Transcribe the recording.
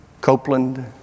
Copeland